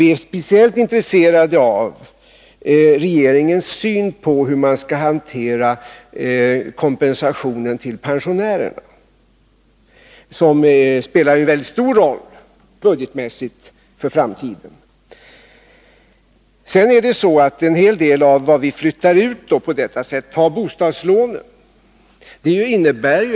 Vi är speciellt intresserade av regeringens syn på hur man skall hantera kompensationen till pensionärerna, något som budgetmässigt spelar en väldigt stor roll för framtiden. Vi vill alltså flytta ut t.ex. bostadslånen från budgeten.